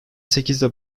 sekizde